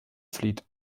fleet